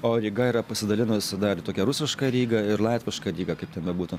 o ryga yra pasidalinus dar į tokią rusišką rygą ir latvišką rygą kaip ten bebūtų